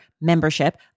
membership